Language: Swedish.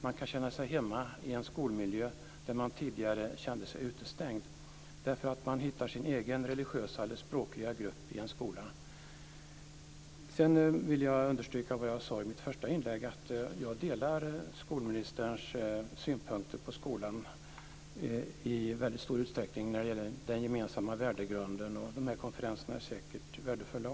Man kan känna sig hemma i en skolmiljö där man tidigare kände sig utestängd därför att man hittar sin egen religiösa eller språkliga grupp. Sedan vill jag understryka det jag sade i mitt första inlägg, att jag i stor utsträckning delar skolministerns synpunkter på skolan när det gäller den gemensamma värdegrunden. Konferenserna är säkert också värdefulla.